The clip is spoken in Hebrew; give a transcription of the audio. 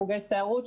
חוגי סיירות.